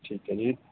ਠੀਕ ਹੈ ਜੀ